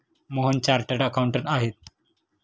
Mohan chartered accountant आहेत